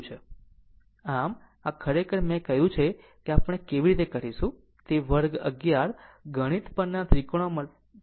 આમ આ ખરેખર મેં કહ્યું છે કે આપણે તે કેવી રીતે કરીશું કે વર્ગ 11 ગણિત પરના ત્રિકોણમિતિ લે છે